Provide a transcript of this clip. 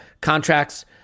contracts